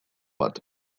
bat